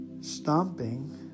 stomping